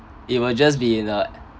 it will just be like